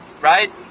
right